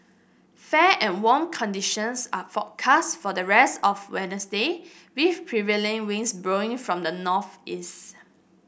fair and warm conditions are forecast for the rest of Wednesday with prevailing winds blowing from the northeast